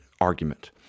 argument